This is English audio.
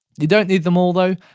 you don't need them all, though.